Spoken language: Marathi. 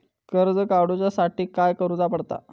कर्ज काडूच्या साठी काय करुचा पडता?